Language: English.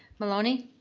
maloney.